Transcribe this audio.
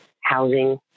housing